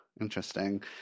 Interesting